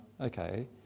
okay